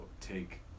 take